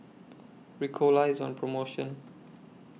Ricola IS on promotion